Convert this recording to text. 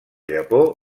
japó